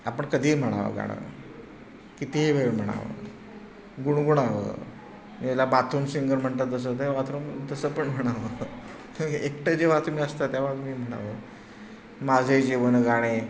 आपण कधीही म्हणावं गाणं कितीही वेळ म्हणावं गुणगुणावं याला बाथरूम सिंगर म्हणतात तसं त्या बाथरूम तसं पण म्हणावं एकटं जेव्हा तुम्ही असता तेव्हा तुम्ही म्हणावं माझे जीवन गाणे